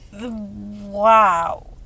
wow